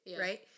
right